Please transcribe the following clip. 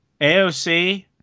AOC